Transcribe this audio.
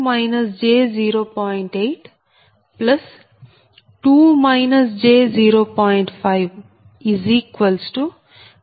82 j0